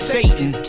Satan